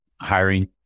hiring